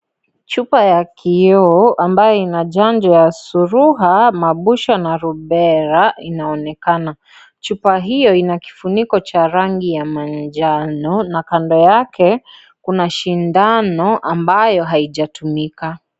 Chupa ya kioo ambayo ina chanjo ya surua, mabusho na Rubella inaonekana, chupa hiyo ina kifuniko cha rangi ya manjano na kando yake kuna shindano ambayo haijatumika.